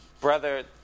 brother